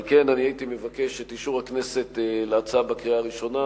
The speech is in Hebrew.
על כן אני מבקש את אישור הכנסת להצעה בקריאה הראשונה,